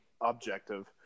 objective